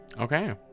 Okay